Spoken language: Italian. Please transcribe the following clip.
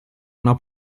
una